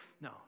no